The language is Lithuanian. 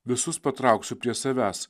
visus patrauksiu prie savęs